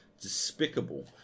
despicable